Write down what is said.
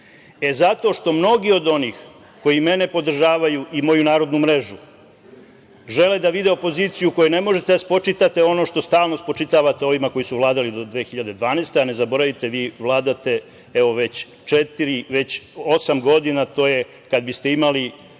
državu. Mnogi od onih koji mene podržavaju i moju narodnu mrežu žele da vide opoziciju kojoj ne možete da spočitate ono što stalno spočitavate ovima koji su vladali do 2012. godine, a ne zaboravite, vi vladate evo već osam godina, a to je, kad biste imali